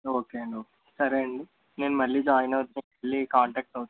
okay అండి okay సరే అండి నేను మళ్ళీ జాయిన్ అవుతాను మళ్ళీ కాంటాక్ట్ అవుతాను